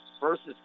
versus